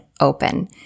open